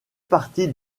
partie